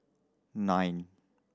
nine